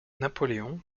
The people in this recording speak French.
napoléon